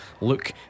Look